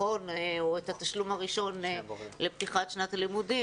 או את התשלום הראשון לפתיחת שנת הלימודים